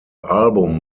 album